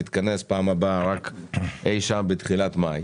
תתכנס בפעם הבאה רק אי שם בתחילת מאי,